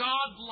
God